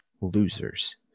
losers